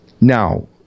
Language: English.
Now